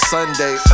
Sunday